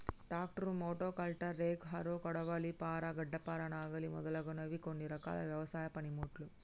tractor, motocultor, rake, harrow, కొడవలి, పార, గడ్డపార, నాగలి మొదలగునవి కొన్ని రకాల వ్యవసాయ పనిముట్లు